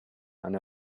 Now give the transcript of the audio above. and